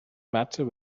matter